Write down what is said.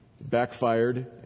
Backfired